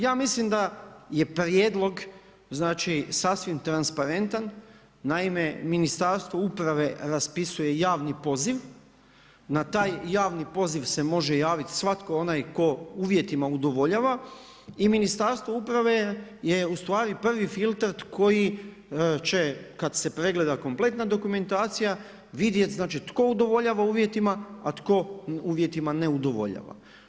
Ja mislim da je prijedlog sasvim transparentan, naime Ministarstvo uprave raspisuje javni poziv, na taj javni poziv se može javit svatko onaj tko uvjetima udovoljava i Ministarstvo uprave je ustvari prvi filtar koji će, kad se pregleda kompletna dokumentacija, vidjet tko udovoljava uvjetima, a tko uvjetima ne udovoljava.